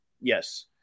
Yes